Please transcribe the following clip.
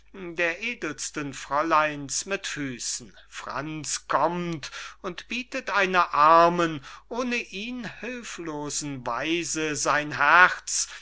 der edelsten fräuleins mit füssen franz kommt und bietet einer armen ohne ihn hülflosen waise sein herz